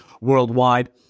worldwide